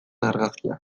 argazkia